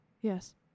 Yes